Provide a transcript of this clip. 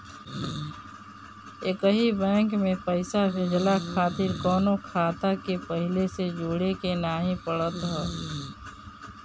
एकही बैंक में पईसा भेजला खातिर कवनो खाता के पहिले से जोड़े के नाइ पड़त हअ